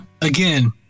again